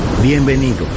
Bienvenidos